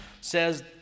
says